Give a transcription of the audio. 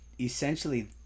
essentially